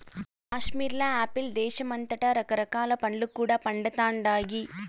కాశ్మీర్ల యాపిల్ దేశమంతటా రకరకాల పండ్లు కూడా పండతండాయి